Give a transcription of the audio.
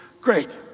great